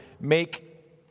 make